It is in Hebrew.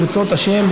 ברצות השם,